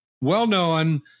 well-known